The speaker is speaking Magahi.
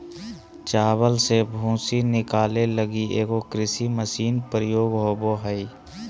चावल से भूसी निकाले लगी एगो कृषि मशीन प्रयोग होबो हइ